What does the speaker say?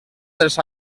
dels